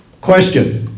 Question